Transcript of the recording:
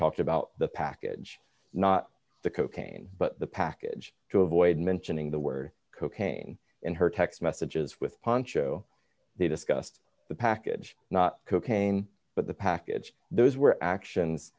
talked about the package not the cocaine but the package to avoid mentioning the word cocaine in her text messages with poncho they discussed the package not cocaine but the package those were actions